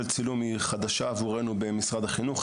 צילום היא חדשה עבורנו במשרד החינוך.